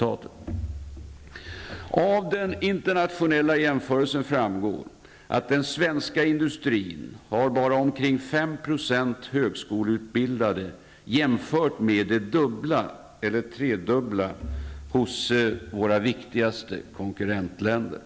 Av den internationella jämförelsen framgår att den svenska industrin har bara omkring 5 % högskoleutbildade jämfört med det dubbla eller tredubbla hos våra viktigaste konkurrentländer.